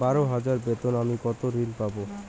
বারো হাজার বেতনে আমি কত ঋন পাব?